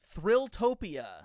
Thrilltopia